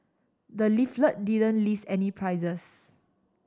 the leaflet didn't list any prices